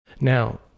Now